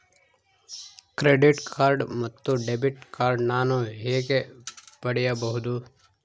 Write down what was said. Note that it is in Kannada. ಕ್ರೆಡಿಟ್ ಕಾರ್ಡ್ ಮತ್ತು ಡೆಬಿಟ್ ಕಾರ್ಡ್ ನಾನು ಹೇಗೆ ಪಡೆಯಬಹುದು?